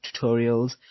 tutorials